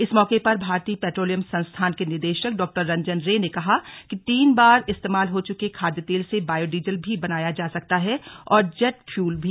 इस मौके पर भारतीय पेट्रोलियम संस्थान के निदेशक डॉ रंजन रे ने कहा कि तीन बार इस्तेमाल हो चुके खाद्य तेल से बायो डीजल भी बनाया जा सकता है और जेट फ्यूल भी